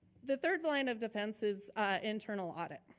the third line of defense is internal audit.